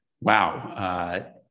Wow